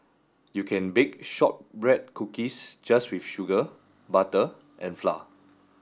you can bake shortbread cookies just with sugar butter and flour